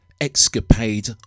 escapade